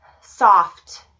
soft